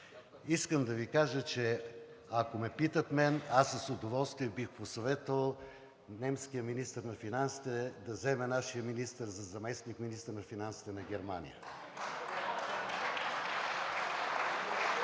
Искам да Ви кажа, че ако ме питат мен, аз с удоволствие бих посъветвал немския министър на финансите да вземе нашия министър за заместник-министър на финансите на Германия.